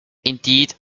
indeed